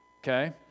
Okay